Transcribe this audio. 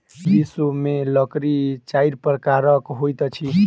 विश्व में लकड़ी चाइर प्रकारक होइत अछि